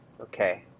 Okay